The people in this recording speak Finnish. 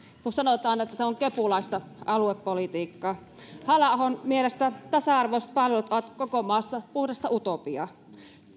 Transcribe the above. kun sanotaan että tämä on kepulaista aluepolitiikkaa halla ahon mielestä tasa arvoiset palvelut ovat koko maassa puhdasta utopiaa